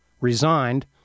resigned